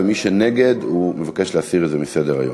ומי שנגד מבקש להסיר את זה מסדר-היום.